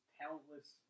talentless